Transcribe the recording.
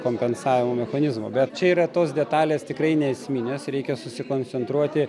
kompensavimo mechanizmo bet čia yra tos detalės tikrai neesmines reikia susikoncentruoti